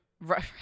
Right